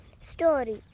story